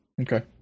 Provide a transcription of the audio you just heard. Okay